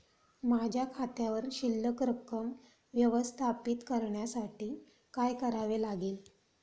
माझ्या खात्यावर शिल्लक रक्कम व्यवस्थापित करण्यासाठी काय करावे लागेल?